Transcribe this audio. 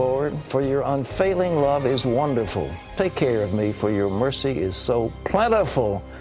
for for your unfailing love is wonderful. take care of me, for your mercy is so plentiful.